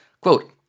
Quote